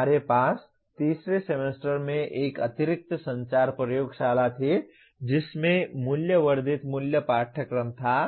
हमारे पास तीसरे सेमेस्टर में एक अतिरिक्त संचार प्रयोगशाला थी जिसमें मूल्य वर्धित मूल पाठ्यक्रम था